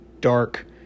dark